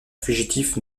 fugitif